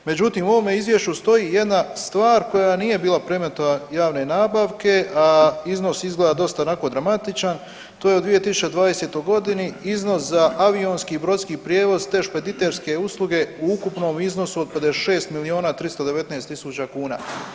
Međutim, u ovome izvješću stoji jedna stvar koja nije bila predmet javne nabavke, a iznos izgleda dosta onako dramatičan, to je u 2020.g. iznos za avionski i brodski prijevoz te špediterske usluge u ukupnom iznosu od 56 milijuna 319 tisuća kuna.